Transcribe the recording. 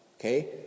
okay